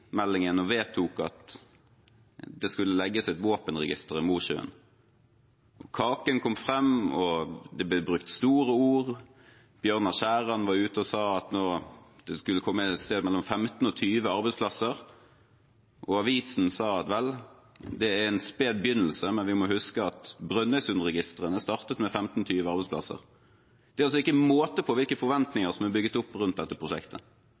og vedtok at det skulle legges et våpenregister i Mosjøen. Kaken kom frem, og det ble brukt store ord. Bjørnar Skjæran var ute og sa at det skulle komme et sted mellom 15 og 20 arbeidsplasser. Avisen sa at det er en sped begynnelse, men at vi må huske at Brønnøysundregistrene startet med 15–20 arbeidsplasser. Det er altså ikke måte på hvilke forventninger som er bygd opp rundt dette prosjektet.